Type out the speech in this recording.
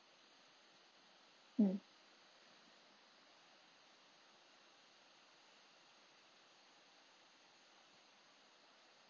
mm